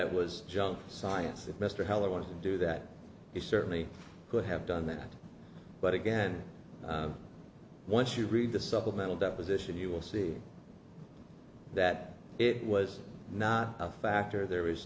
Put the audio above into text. it was junk science that mr heller want to do that he certainly could have done that but again once you read the supplemental deposition you will see that it was not a factor there